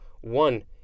one